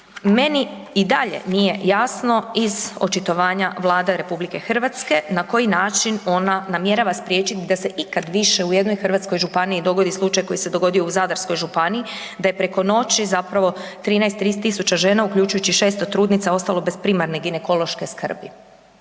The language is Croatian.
Meni i dalje nije jasno iz očitovanja Vlade RH na koji način ona namjerava spriječiti da se ikad više u jednoj hrvatskoj županiji dogodio slučaj koji se dogodio u Zadarskoj županiji, da je preko noći zapravo 13 000 žena, uključujući i 600 trudnica ostalo bez primarne ginekološke skrbi.